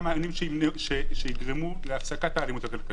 יהיו כל המענים המשלימים של משרד הרווחה,